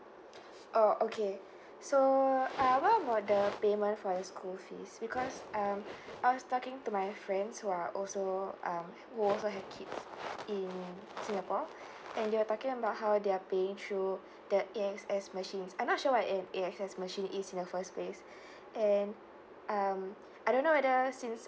orh okay so uh what about the payment for your school fees because um I was talking to my friends who are also um who also have kids in singapore and they're talking about how they're paying through the A_X_S machines I'm not sure what A_X_S machine is in the first place and um I don't know whether since